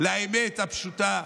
לאמת הפשוטה,